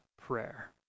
prayer